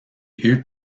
eût